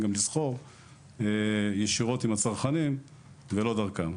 לסחור ישירות עם הצרכנים ולא דרכם.